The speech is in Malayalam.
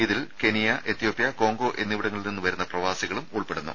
ഇതിൽ കെനിയ എത്യോപ്യ കോംഗോ എന്നിവിടങ്ങളിൽ നിന്ന് വരുന്ന പ്രവാസികളും ഉൾപ്പെടും